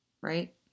right